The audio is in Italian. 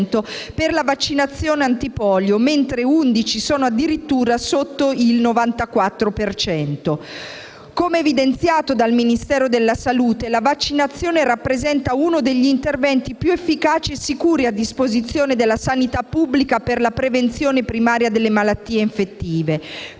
per la vaccinazione antipolio, mentre 11 sono addirittura sotto il 94 per cento. Come evidenziato dal Ministero della salute, la vaccinazione rappresenta uno degli interventi più efficaci e sicuri a disposizione della sanità pubblica per la prevenzione primaria delle malattie infettive.